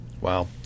Wow